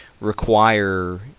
require